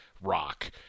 rock